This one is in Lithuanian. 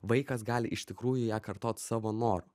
vaikas gali iš tikrųjų ją kartot savo noru